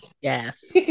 Yes